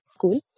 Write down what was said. Cool